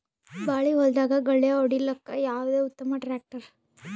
ಬಾಳಿ ಹೊಲದಾಗ ಗಳ್ಯಾ ಹೊಡಿಲಾಕ್ಕ ಯಾವದ ಉತ್ತಮ ಟ್ಯಾಕ್ಟರ್?